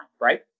Right